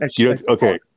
Okay